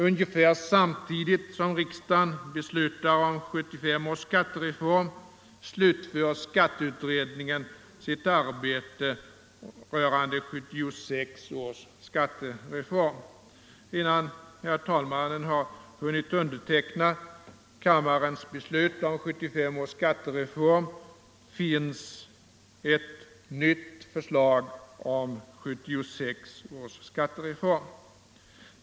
Ungefär samtidigt som riksdagen beslutar om 1975 års skattereform slutför skatteutredningen sitt arbete rörande 1976 års skattereform. Knappt har talmannen hunnit underteckna kammarens beslut om 1975 års skattereform förrän det finns ett nytt förslag om 1976 års skattereform.